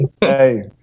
Hey